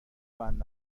بند